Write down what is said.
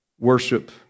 Worship